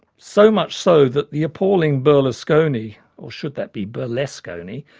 so much so that the appalling berlusconi, or should that be burlesquoni,